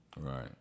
Right